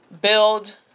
build